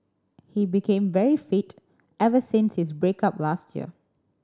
he became very fit ever since his break up last year